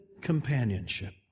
companionship